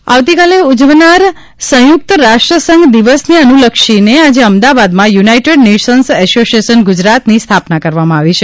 United Nations આવતીકાલે ઉજવાનારા સંયુક્ત રાષ્ટ્રસંઘ દિવસને અનુલક્ષીને આજે અમદાવાદમાં યુનાઇટેડ નેશન્સ એસોશિએશન ગુજરાતની સ્થાપના કરવામાં આવી છે